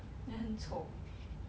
then 很丑